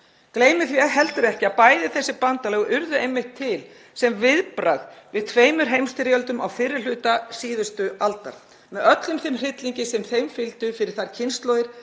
Gleymum því heldur ekki að bæði þessi bandalög urðu einmitt til sem viðbragð við tveimur heimsstyrjöldum á fyrri hluta síðustu aldar með öllum þeim hryllingi sem þeim fylgdi fyrir þær kynslóðir